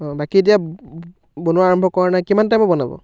অঁ বাকী এতিয়া বনোৱা আৰম্ভ কৰা নাই কিমান টাইম বনাব